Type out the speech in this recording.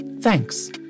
thanks